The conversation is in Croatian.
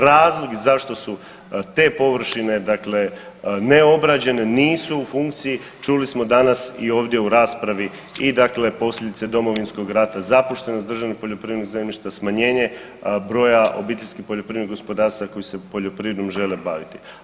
Razlozi zašto su te površine dakle ne obrađene, nisu u funkciji čuli smo danas i ovdje u raspravi i dakle posljedice Domovinskog rata, zapuštenog državnog poljoprivrednog zemljišta, smanjenje broja obiteljskih poljoprivrednih gospodarstava koji se poljoprivredom žele baviti.